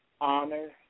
honor